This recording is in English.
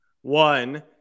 One